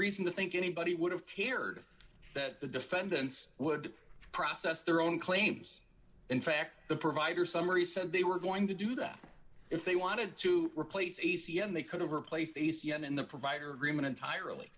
reason to think anybody would have cared that the defendants would process their own claims in fact the provider summary said they were going to do that if they wanted to replace e c m they could of replace the case yet in the provider agreement entirely